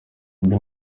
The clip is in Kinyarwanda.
andi